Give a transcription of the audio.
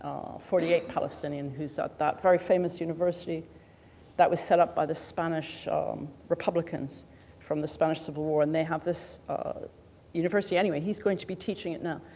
forty eight palestinian who's at that very famous university that was set up by the spanish republicans from the spanish civil war. and they have this university. anyway, he's going to be teaching it now.